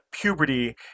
puberty